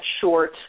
short